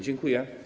Dziękuję.